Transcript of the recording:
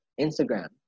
instagram